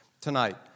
tonight